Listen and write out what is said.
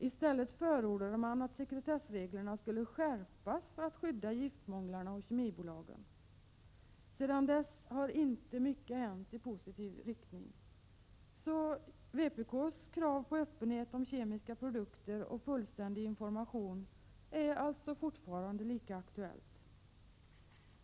I stället förordade man att sekretessreglerna skulle skärpas för att skydda giftmånglarna och kemibolagen. Sedan dess har inte mycket hänt i positiv riktning. Vpk:s krav på öppenhet och fullständig information om kemiska produkter är alltså fortfarande lika aktuellt.